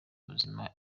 ubuzima